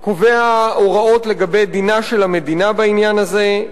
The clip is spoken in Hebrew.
הוא קובע הוראות לגבי דינה של המדינה בעניין הזה,